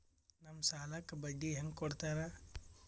ನಮ್ ಸಾಲಕ್ ಬಡ್ಡಿ ಹ್ಯಾಂಗ ಕೊಡ್ತಾರ?